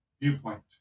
viewpoint